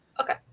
Okay